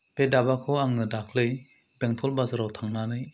बे दाबाखौ आङो दाख्लै बेंटल बाजाराव थांनानै